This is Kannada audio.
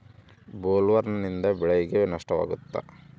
ಬೊಲ್ವರ್ಮ್ನಿಂದ ಬೆಳೆಗೆ ನಷ್ಟವಾಗುತ್ತ?